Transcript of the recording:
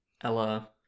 Ella